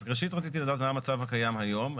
אז ראשית, רציתי לדעת מה המצב הקיים היום.